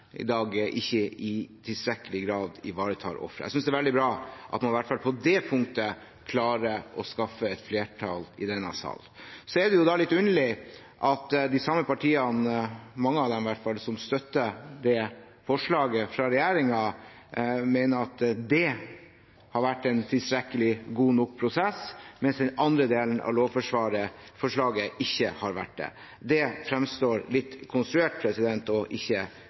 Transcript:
i dag ikke i tilstrekkelig grad ivaretar offeret. Jeg synes det er veldig bra at man i hvert fall på det punktet klarer å skaffe et flertall i denne sal. Så er det litt underlig at de samme partiene – i hvert fall mange av dem – som støtter forslaget fra regjeringen, mener at den delen har hatt en tilstrekkelig god nok prosess, mens den andre delen av lovforslaget ikke har hatt det. Det fremstår litt konstruert og ikke